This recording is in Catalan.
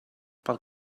pel